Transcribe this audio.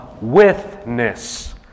witness